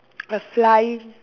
a flying